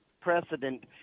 precedent